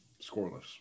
scoreless